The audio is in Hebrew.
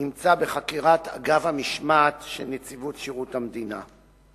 נמצא בחקירת אגף המשמעת של נציבות שירות המדינה.